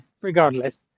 regardless